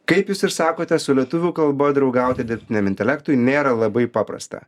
kaip jūs ir sakote su lietuvių kalba draugauti dirbtiniam intelektui nėra labai paprasta